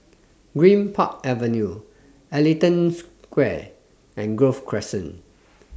Greenpark Avenue Ellington Square and Grove Crescent